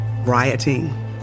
rioting